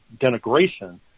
denigration